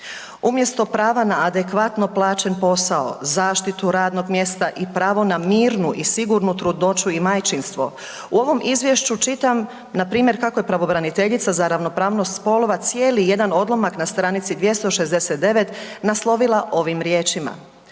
Umjesto prava na adekvatno plaćen posao, zaštitu radnog mjesta i pravo na mirnu i sigurnu trudnoću i majčinstvo u ovom izvješću čitam npr. kako je pravobraniteljica za ravnopravnost spolova cijeli jedan odlomak na stranici 269 naslovila ovim riječima,